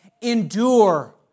endure